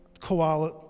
koala